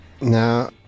Now